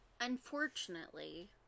Unfortunately